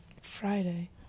friday